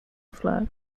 flag